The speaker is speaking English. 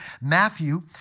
Matthew